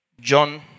John